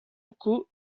locaux